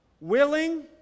willing